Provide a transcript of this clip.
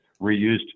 reused